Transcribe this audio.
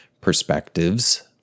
perspectives